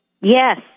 Yes